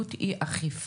למדיניות אי אכיפה